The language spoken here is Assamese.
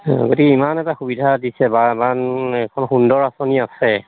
গতিকে ইমান এটা সুবিধা দিছে বা ইমান এখন সুন্দৰ আঁচনি আছে